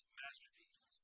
masterpiece